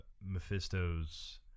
Mephisto's